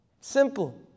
Simple